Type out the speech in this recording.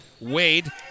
Wade